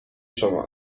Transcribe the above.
شما